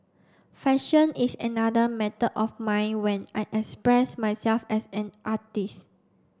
fashion is another method of mine when I express myself as an artist